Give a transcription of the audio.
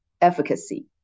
efficacy